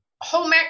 home